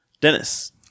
Dennis